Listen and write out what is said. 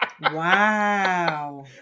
Wow